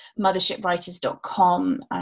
mothershipwriters.com